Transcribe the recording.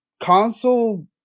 console